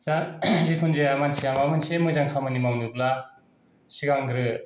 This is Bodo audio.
जिखुन जाया माबा मोनसे मोजां खामानि मावनोब्ला सिगांग्रो